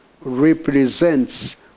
represents